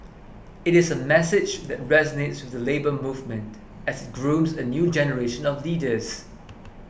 it is a message that resonates with the Labour Movement as it grooms a new generation of leaders